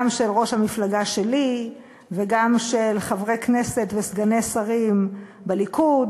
גם של ראש המפלגה שלי וגם של חברי כנסת וסגני שרים בליכוד,